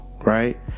right